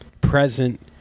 present